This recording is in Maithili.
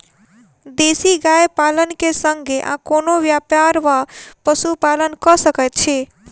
देसी गाय पालन केँ संगे आ कोनों व्यापार वा पशुपालन कऽ सकैत छी?